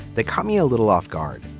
they cut me a little off guard.